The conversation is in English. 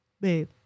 babe